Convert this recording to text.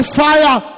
fire